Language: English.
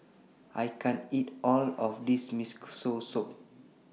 I can't eat All of This Miso Soup